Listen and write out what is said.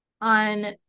on